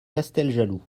casteljaloux